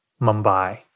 Mumbai